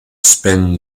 spin